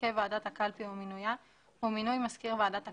הרכב ועדת קלפי ומינויה ומינוי מזכיר ועדת הקלפי,